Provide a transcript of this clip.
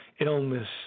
illness